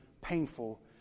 painful